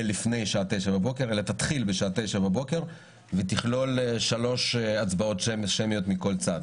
לפני שעה 09:00 אלא תתחיל בשעה 09:00 ותכלול שלוש הצבעות שמיות מכל צד,